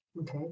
Okay